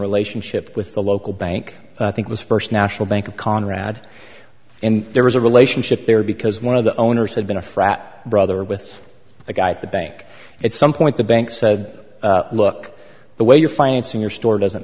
relationship with the local bank i think was first national bank of conrad and there was a relationship there because one of the owners had been a frat brother with a guy at the bank at some point the bank said look the way you're financing your store doesn't